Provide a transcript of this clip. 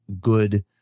good